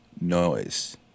noise